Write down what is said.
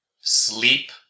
Sleep